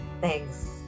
Thanks